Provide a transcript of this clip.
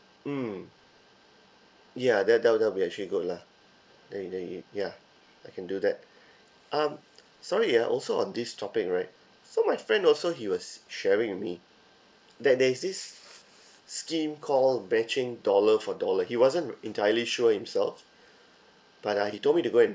mm ya that that would that would be actually good lah then it then it ya I can do that uh sorry ah also on this topic right so my friend also he was sharing with me that there is this scheme called matching dollar for dollar he wasn't entirely sure himself but uh he told me to go and